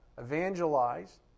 evangelize